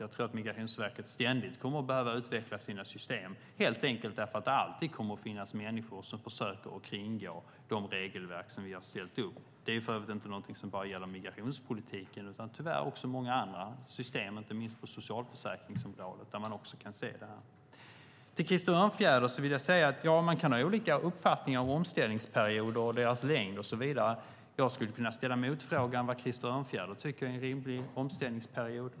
Jag tror att Migrationsverket ständigt kommer att behöva utveckla sina system, helt enkelt därför att det alltid kommer att finnas människor som försöker kringgå de regelverk som vi har ställt upp. Det är för övrigt inte någonting som bara gäller migrationspolitiken utan tyvärr också många andra system, inte minst på socialförsäkringsområdet där man också kan se det här. Till Krister Örnfjäder vill jag säga att man kan ha olika uppfattningar om omställningsperiod, dess längd och så vidare. Jag skulle kunna ställa motfrågan vad Krister Örnfjäder tycker är en rimlig omställningsperiod.